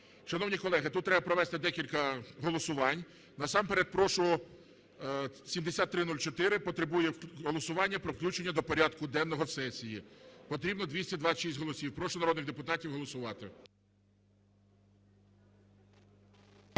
Шановні колеги, тут треба провести декілька голосувань. Насамперед прошу: 7304 потребує голосування про включення до порядку денного сесії. Потрібно 226 голосів. Прошу народних депутатів голосувати.